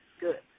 good